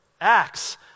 Acts